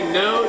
no